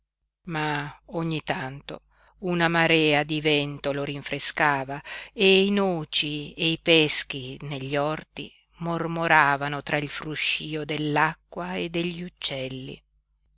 ma ogni tanto una marea di vento lo rinfrescava e i noci e i peschi negli orti mormoravano tra il fruscío dell'acqua e degli uccelli